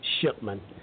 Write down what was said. Shipman